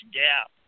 gap